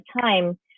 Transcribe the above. time